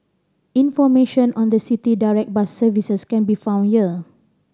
information on the City Direct bus services can be found here